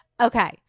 okay